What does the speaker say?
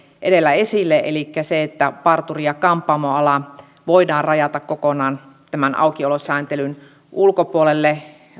edellä esille että parturi ja kampaamoala voidaan rajata kokonaan tämän aukiolosääntelyn ulkopuolelle